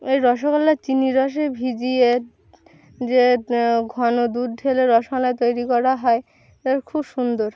এই রসমালাই চিনির রসে ভিজিয়ে যে ঘন দুধ ঢেলে রসমালাই তৈরি করা হয় এ খুব সুন্দর